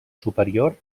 superior